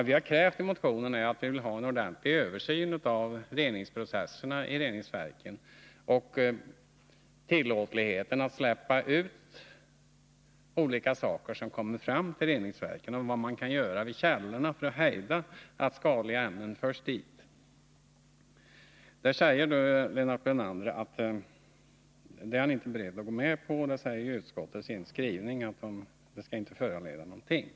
Vi har i motionen krävt en ordentlig översyn av reningsprocesserna vid avloppsreningsverken, av tillåtligheten när det gäller att släppa ut olika ämnen som behandlas i reningsverken och av vad man kan göra för att stoppa skadliga ämnen vid källorna. Lennart Brunander säger att man inte är beredd att gå med på detta, och det sägs också i utskottets skrivning att våra krav inte bör föranleda någon åtgärd.